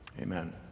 Amen